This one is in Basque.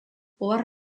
ohar